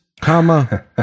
comma